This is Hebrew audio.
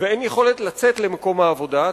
ואין יכולת לצאת למקום העבודה,